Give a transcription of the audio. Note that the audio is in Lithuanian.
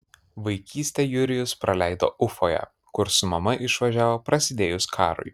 vaikystę jurijus praleido ufoje kur su mama išvažiavo prasidėjus karui